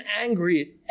angry